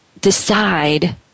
decide